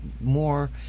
more